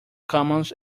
commons